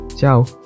Ciao